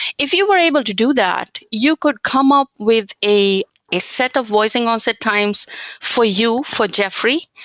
if you were able to do that, you could come up with a a set of voicing onset times for you, for jeffrey,